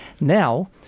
Now